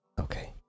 Okay